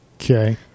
Okay